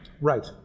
Right